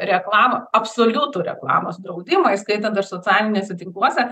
reklamą absoliutų reklamos draudimą įskaitant ir socialiniuose tinkluose